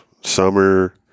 summer